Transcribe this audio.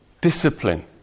discipline